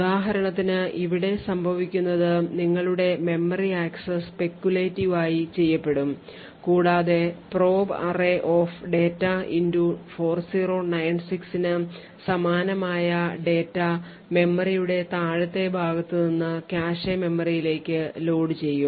ഉദാഹരണത്തിന് ഇവിടെ സംഭവിക്കുന്നത് നിങ്ങളുടെ മെമ്മറി ആക്സസ് speculative ആയി ചെയ്യപ്പെടും കൂടാതെ പ്രോബ് അറേ ഡാറ്റ 4096 ന് സമാനമായ ഡാറ്റ മെമ്മറിയുടെ താഴത്തെ ഭാഗത്ത് നിന്ന് കാഷെ മെമ്മറിയിലേക്ക് ലോഡുചെയ്യും